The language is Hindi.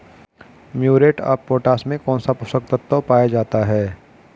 म्यूरेट ऑफ पोटाश में कौन सा पोषक तत्व पाया जाता है?